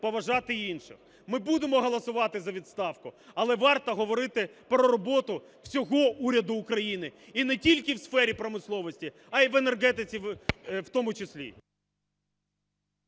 поважати інші. Ми будемо голосувати за відставку. Але варто говорити про роботу всього уряду України, і не тільки в сфері промисловості, а й в енергетиці у тому числі.